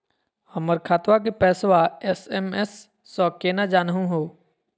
हमर खतवा के पैसवा एस.एम.एस स केना जानहु हो?